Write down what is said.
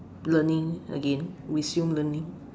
learning again resume learning